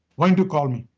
why don't you call me.